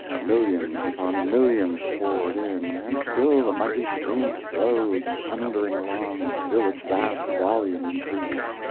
millions upon millions poured in, and still the mighty stream flowed thundering along, still its vast volume increased.